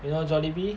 you know Jollibee